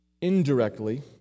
Indirectly